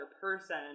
person